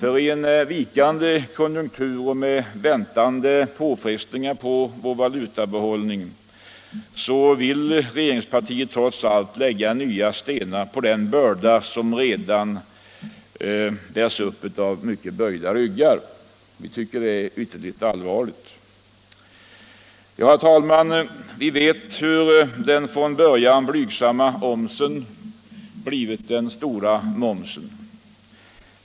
I en vikande konjunktur och med väntade påfrestningar på vår valutabehållning vill regeringspartiet lägga nya stenar på den börda som redan bärs upp av redan mycket böjda ryggar. Det är ytterligt allvarligt. Herr talman! Vi vet hur den från början blygsamma omsen blivit den stora momsen.